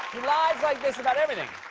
lies like this about everything.